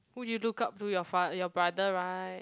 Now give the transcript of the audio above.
who do you look up to your fa~ your brother right